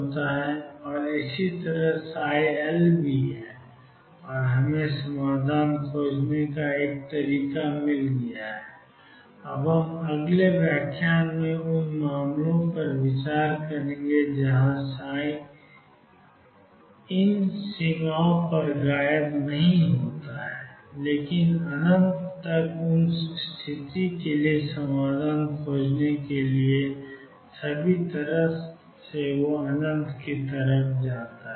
तो 00 और इसी तरह ψ है और हमें समाधान खोजने का एक तरीका मिल गया है अब हम अगले व्याख्यान में उन मामलों पर विचार करेंगे जहां यह इन सीमाओं पर गायब नहीं होता है लेकिन अनंत तक उन स्थिति के लिए समाधान खोजने के लिए सभी तरह से जाता है